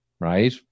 right